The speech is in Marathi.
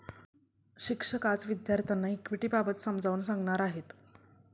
शिक्षक आज विद्यार्थ्यांना इक्विटिबाबत समजावून सांगणार आहेत